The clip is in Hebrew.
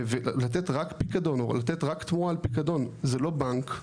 ולתת רק פיקדון או לתת רק תמורה על פיקדון זה לא בנק,